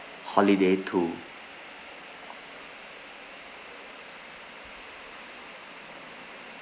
holiday two